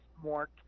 more